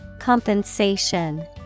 Compensation